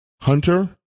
Hunter